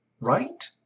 right